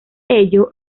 ello